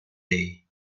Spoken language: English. day